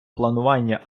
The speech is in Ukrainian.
планування